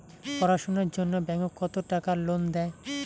পড়াশুনার জন্যে ব্যাংক কত টাকা লোন দেয়?